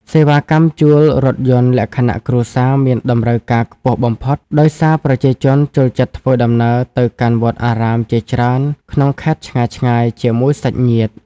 សេវាកម្មជួលរថយន្តលក្ខណៈគ្រួសារមានតម្រូវការខ្ពស់បំផុត ដោយសារប្រជាជនចូលចិត្តធ្វើដំណើរទៅកាន់វត្តអារាមជាច្រើនក្នុងខេត្តឆ្ងាយៗជាមួយសាច់ញាតិ។